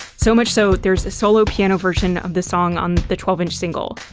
so much so, there's a solo piano version of the song on the twelve inch single.